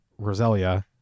Roselia